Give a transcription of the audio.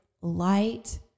light